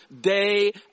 day